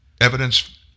evidence